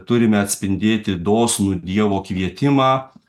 turime atspindėti dosnų dievo kvietimą